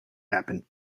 happen